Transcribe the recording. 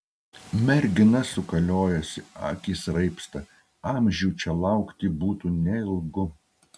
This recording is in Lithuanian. mergina sukaliojasi akys raibsta amžių čia laukti būtų neilgu